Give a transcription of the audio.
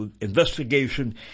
investigation